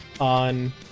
on